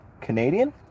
Canadian